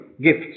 gifts